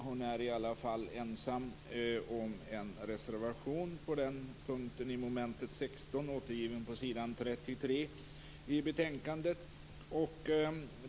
Hon är i alla fall ensam om en reservation på den punkten under mom. 16 återgiven på s. 33 i betänkandet.